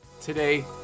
Today